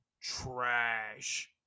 trash